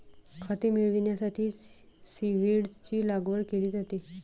खते मिळविण्यासाठी सीव्हीड्सची लागवड केली जाते